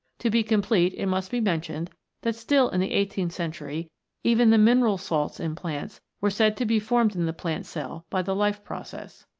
to be complete it must be mentioned that still in the eighteenth century even the mineral salts in plants were said to be formed in the plant cell by the life process.